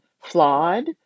flawed